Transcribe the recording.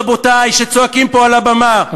רבותי שצועקים פה על הבמה.